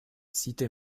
cité